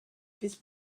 this